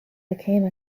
became